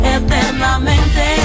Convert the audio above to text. eternamente